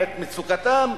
בעת מצוקתם.